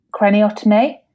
craniotomy